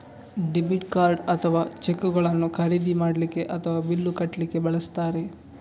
debit card ಅಥವಾ ಚೆಕ್ಗಳನ್ನು ಖರೀದಿ ಮಾಡ್ಲಿಕ್ಕೆ ಅಥವಾ ಬಿಲ್ಲು ಕಟ್ಲಿಕ್ಕೆ ಬಳಸ್ತಾರೆ